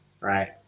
right